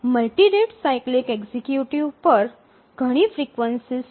multi rate cyclic executive પર ઘણી frequencies છે